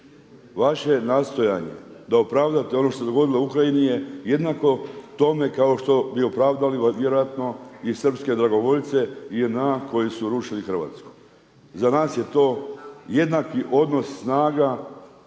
Vaše nastojanje da opravdate ono što se dogodilo u Ukrajini je jednako tome kao što bi opravdali vjerojatno i srpske dragovoljce i JNA koji su rušili Hrvatsku. Za nas je to jednaki odnos snaga